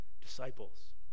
disciples